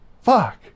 Fuck